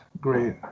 Great